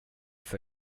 för